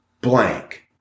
Blank